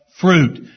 fruit